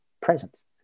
presence